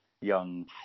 young